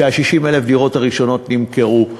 60,000 הדירות הראשונות נמכרו,